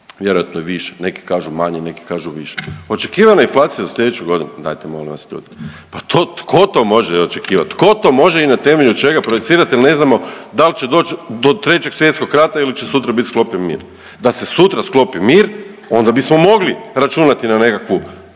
vjerojatno i više, neki kažu manje, neki kažu više. Očekivana inflacija za slijedeću godinu, dajte molim vas ljudi, pa to, tko to može očekivat, tko to može i na temelju čega projicirat jel ne znamo dal će doć do Trećeg svjetskog rata ili će sutra bit sklopljen mir. Da se sutra sklopi mir onda bismo mogli računati na nekakvu